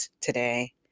today